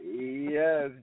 Yes